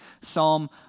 Psalm